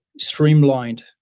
streamlined